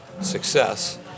success